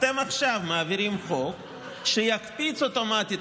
אתם עכשיו מעבירים חוק שיקפיץ אוטומטית